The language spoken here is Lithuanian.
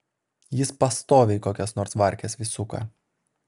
jis pastoviai kokias nors varkes vis suka